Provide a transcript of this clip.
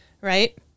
right